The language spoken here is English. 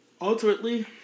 Ultimately